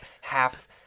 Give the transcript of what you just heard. half